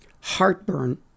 heartburn